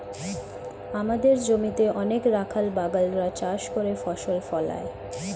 আমাদের জমিতে অনেক রাখাল বাগাল রা চাষ করে ফসল ফলায়